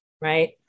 right